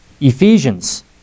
Ephesians